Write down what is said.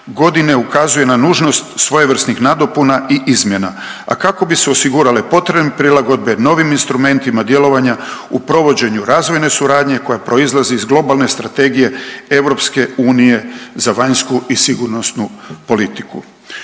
godine ukazuju na nužnost svojevrsnih nadopuna i izmjena, a kako bi se osigurale potrebe prilagodbe novim instrumentima djelovanja u provođenju razvojne suradnje koja proizlazi iz globalne Strategije EU za vanjsku i sigurnosnu politiku.